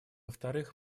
вторых